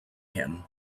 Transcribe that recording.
him